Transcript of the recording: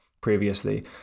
previously